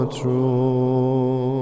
true